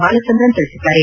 ಬಾಲಚಂದ್ರನ್ ತಿಳಿಸಿದ್ದಾರೆ